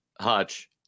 Hutch